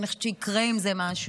שאני חושבת שיקרה עם זה משהו?